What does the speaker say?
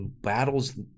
battles